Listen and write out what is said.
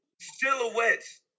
silhouettes